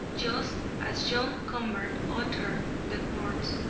just as john convert uttered the words,